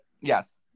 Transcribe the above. yes